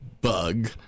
bug